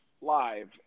live